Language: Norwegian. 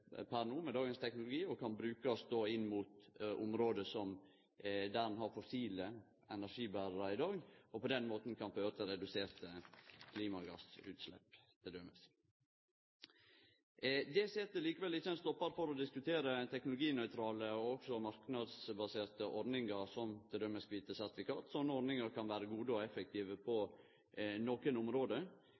no med dagens teknologi, og kan brukast inn mot område der ein har fossile energiberarar i dag, og på den måten føre til reduserte klimagassutslepp t.d. Dette set likevel ikkje ein stoppar for å diskutere teknologinøytrale og marknadsbaserte ordningar som t.d. kvite sertifikat. Slike ordningar kan vere gode og effektive på nokre område,